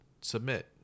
submit